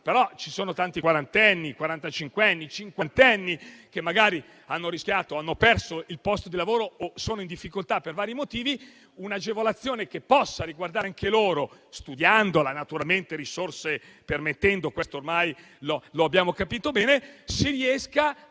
però ci sono anche tanti quarantenni, quarantacinquenni e cinquantenni che magari hanno rischiato, hanno perso il posto di lavoro o sono in difficoltà per vari motivi. Si potrebbe studiare un'agevolazione che riguardi anche loro, affinché studiando e naturalmente risorse permettendo (questo ormai lo abbiamo capito bene) si riesca